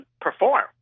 perform